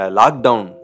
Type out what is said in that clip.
lockdown